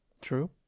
True